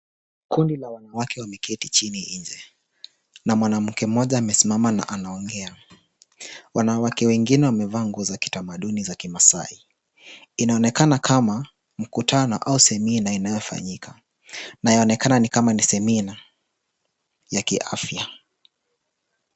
Kundi la wanawake wameketi chini nje. Mwanamke mmoja amesimama anaongea. Wanawake wengine wamevaa nguo za kitamaduni za Kimaasai. Inaonekana kama mkutano au [c]seminar [c] inayofanyika na inaonekana ni kama ni [c]seminar ya kiafya.